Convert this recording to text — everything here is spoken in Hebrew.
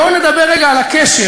בואו נדבר רגע על הקשר,